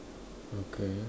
okay